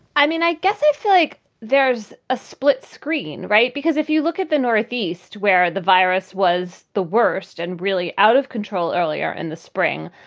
i mean, i guess feel like there's a split screen, right? because if you look at the northeast where the virus was the worst and really out of control earlier in the spring,